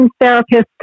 therapist